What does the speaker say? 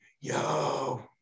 yo